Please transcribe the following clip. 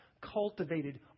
cultivated